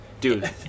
dude